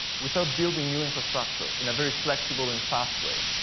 without building new infrastructure in a very flexible and fast way.